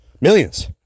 Millions